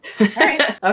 Okay